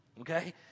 Okay